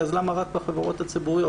אז למה רק בחברות הציבוריות?